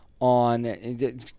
on